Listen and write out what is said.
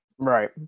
Right